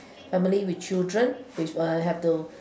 family with children with have to